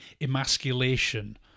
emasculation